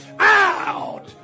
Out